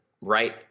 right